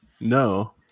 No